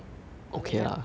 I don't mind talking lah